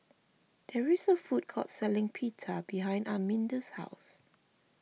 there is a food court selling Pita behind Arminda's house